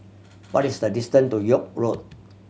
what is the distance to York Road